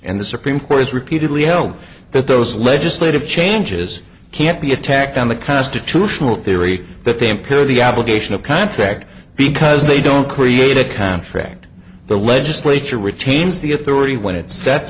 and the supreme court has repeatedly held that those legislative changes can't be attacked on the constitutional theory that they appear the obligation of contract because they don't create a contract the legislature retains the authority when it sets